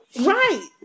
right